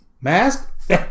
mask